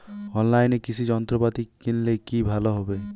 অনলাইনে কৃষি যন্ত্রপাতি কিনলে কি ভালো হবে?